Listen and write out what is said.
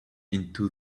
into